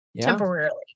temporarily